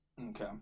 Okay